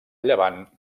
llevant